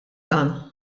dan